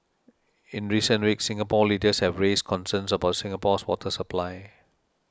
in recent weeks Singapore leaders have raised concerns about Singapore's water supply